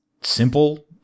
simple